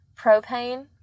propane